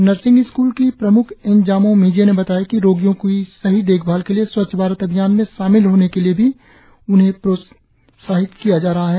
nursing school की प्रमुख N Jamoh Mize ने बताया कि रोगियों की सही देखभाल के साथ स्वच्छ भारत अभियान में शामिल होने के लिए भी उन्हें प्रोत्साहित किया जा रहा है